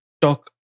talk